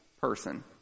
person